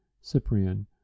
Cyprian